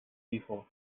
hijo